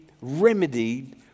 remedied